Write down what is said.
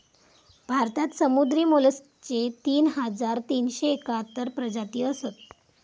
भारतात समुद्री मोलस्कचे तीन हजार तीनशे एकाहत्तर प्रजाती असत